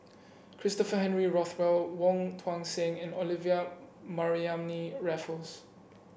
Christopher Henry Rothwell Wong Tuang Seng and Olivia Mariamne Raffles